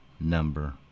number